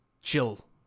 chill